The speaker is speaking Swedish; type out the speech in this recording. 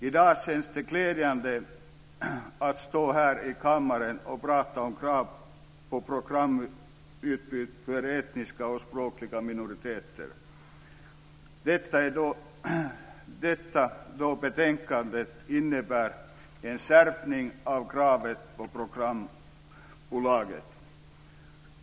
I dag känns det glädjande att stå här i kammaren och tala om krav på programutbud för etniska och språkliga minoriteter, då betänkandet innebär en skärpning av kraven på programbolagen.